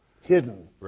hidden